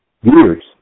years